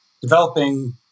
developing